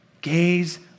Gaze